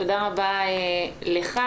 תודה רבה לך.